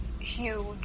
huge